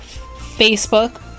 Facebook